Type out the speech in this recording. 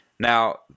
Now